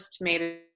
made